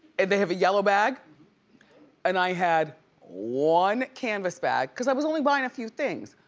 and they have a yellow bag and i had one canvas bag, cause i was only buying a few things.